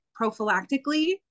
prophylactically